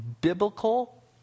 biblical